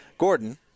Gordon